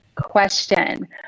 question